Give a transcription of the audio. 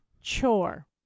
Chore